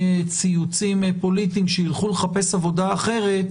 ציוצים פוליטיים שילכו לחפש עבודה אחרת